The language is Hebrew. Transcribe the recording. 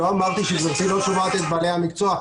לא אמרתי שגברתי לא שומעת את בעלי המקצוע,